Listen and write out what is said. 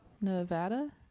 Nevada